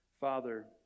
Father